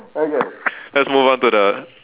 okay let's move on to the